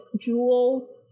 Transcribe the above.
jewels